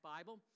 Bible